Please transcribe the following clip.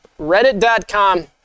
reddit.com